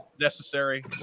necessary